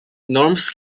norms